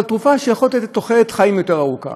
אבל זו תרופה שיכולה לתת תוחלת חיים יותר ארוכה.